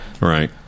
right